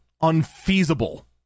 unfeasible